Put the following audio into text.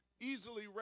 easily